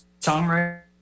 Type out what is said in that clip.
songwriting